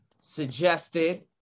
suggested